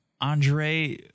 Andre